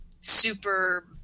super